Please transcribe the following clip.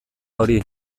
hori